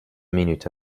minute